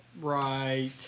right